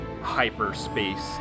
hyperspace